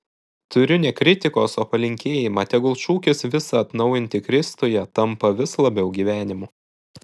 turiu ne kritikos o palinkėjimą tegul šūkis visa atnaujinti kristuje tampa vis labiau gyvenimu